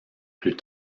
plus